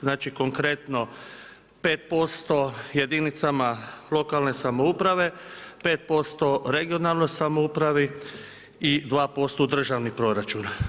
Znači konkretno 5% jedinicama lokalne samouprave, 5% regionalne samoupravi i 2% u državni proračun.